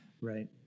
Right